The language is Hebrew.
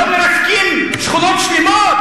לא מרסקים שכונות שלמות?